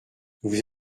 vous